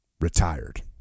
retired